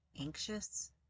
Anxious